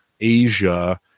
Asia